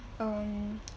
um